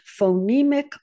phonemic